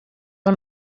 del